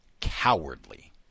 cowardly